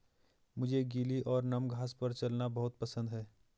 मुझे गीली और नम घास पर चलना बहुत पसंद है